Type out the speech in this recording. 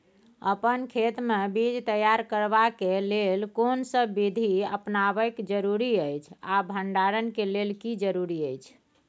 अपन खेत मे बीज तैयार करबाक के लेल कोनसब बीधी अपनाबैक जरूरी अछि आ भंडारण के लेल की जरूरी अछि?